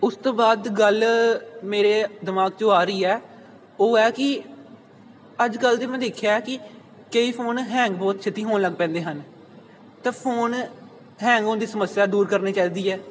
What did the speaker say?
ਉਸ ਤੋਂ ਬਾਅਦ ਗੱਲ ਮੇਰੇ ਦਿਮਾਗ 'ਚੋਂ ਆ ਰਹੀ ਹੈ ਉਹ ਹੈ ਕਿ ਅੱਜ ਕੱਲ ਜੇ ਮੈਂ ਦੇਖਿਆ ਕਿ ਕਈ ਫੋਨ ਹੈਂਗ ਬਹੁਤ ਛੇਤੀ ਹੋਣ ਲੱਗ ਪੈਂਦੇ ਹਨ ਤਾਂ ਫੋਨ ਹੈਂਗ ਹੋਣ ਦੀ ਸਮੱਸਿਆ ਦੂਰ ਕਰਨੀ ਚਾਹੀਦੀ ਹੈ